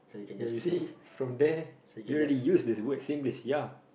ya you see from there you already used the word Singlish ya